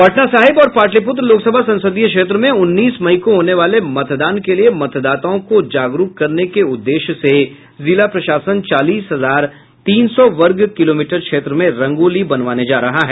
पटना साहिब और पाटलिपुत्र लोकसभा संसदीय क्षेत्र में उन्नीस मई को होने वाले मतदान के लिये मतदाताओं को जागरूक करने के उद्देश्य से जिला प्रशासन चालीस हजार तीन सौ वर्ग किलोमीटर क्षेत्र में रंगोली बनवाने जा रहा है